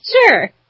Sure